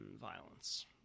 violence